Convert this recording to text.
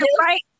right